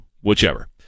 Whichever